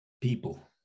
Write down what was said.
people